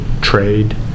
trade